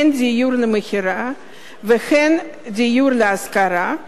הן דיור למכירה והן דיור להשכרה,